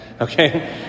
Okay